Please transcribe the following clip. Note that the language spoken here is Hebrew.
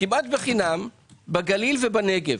כמעט בחינם בגליל ובנגב,